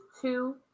two